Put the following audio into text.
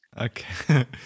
Okay